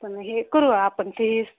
पण हे करू आपण तेही